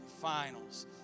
Finals